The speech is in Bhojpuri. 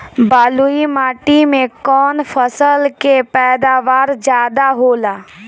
बालुई माटी में कौन फसल के पैदावार ज्यादा होला?